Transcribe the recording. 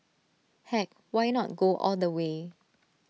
heck why not go all the way